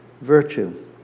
virtue